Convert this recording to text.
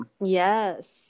yes